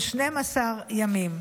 של 12 ימים.